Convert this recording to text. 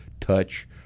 touch